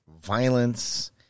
violence